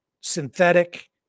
synthetic